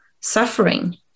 suffering